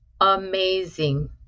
amazing